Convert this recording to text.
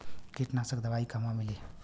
कीटनाशक दवाई कहवा मिली?